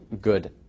good